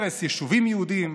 הרס יישובים יהודיים,